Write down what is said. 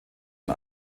und